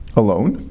alone